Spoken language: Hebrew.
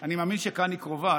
אני מאמין שכאן היא קרובה,